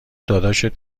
داداشت